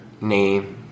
name